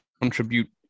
contribute